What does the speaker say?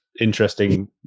interesting